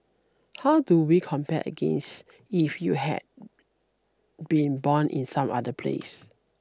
how do we compare against if you had been born in some other place